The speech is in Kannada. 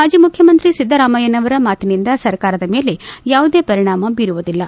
ಮಾಜಿ ಮುಖ್ಯಮಂತ್ರಿ ಸಿದ್ದರಾಮಯ್ನನವರ ಮಾತಿನಿಂದ ಸರ್ಕಾರದ ಮೇಲೆ ಯಾವುದೇ ಪರಿಣಾಮ ಬೀರುವುದಿಲ್ಲ